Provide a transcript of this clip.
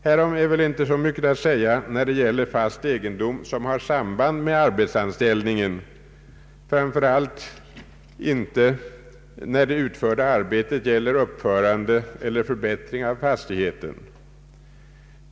Härom är väl inte så mycket att säga när det gäller fast egendom som har samband med arbetsanställningen, framför allt inte då det utförda arbetet gäller uppförande eller förbättring av fastigheten.